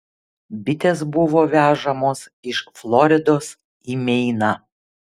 bitės buvo vežamos iš floridos į meiną